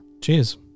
Cheers